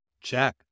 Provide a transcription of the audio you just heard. Check